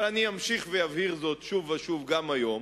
אבל אני אמשיך ואבהיר זאת שוב ושוב גם היום.